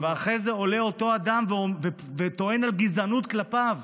ואחרי זה עולה אותו אדם וטוען לגזענות כלפיו,